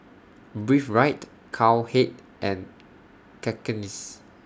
Breathe Right Cowhead and Cakenis